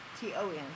T-O-N